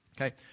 okay